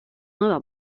nueva